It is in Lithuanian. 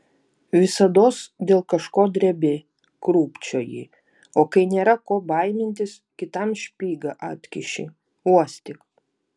visados dėl kažko drebi krūpčioji o kai nėra ko baimintis kitam špygą atkiši uostyk